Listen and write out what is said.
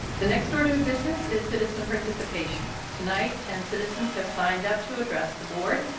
the next order of business is citizen participation. tonight ten citizens have signed up to address the board.